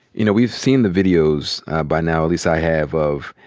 you know, we've seen the videos by now, at least i have, of,